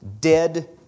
dead